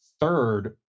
third